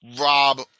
Rob